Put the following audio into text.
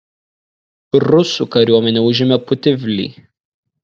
rusų kariuomenė užėmė putivlį